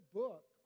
book